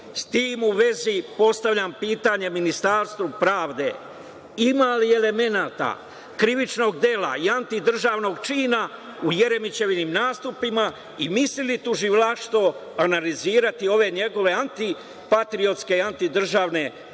tim u vezi postavljam pitanje Ministarstvu pravde – ima li elemenata krivičnog dela i antidržavnog čina u Jeremićevim nastupima i misli li tužilaštvo analizirati ove njegove antipatriotske i antidržavne